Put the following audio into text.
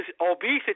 obesity